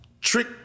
trick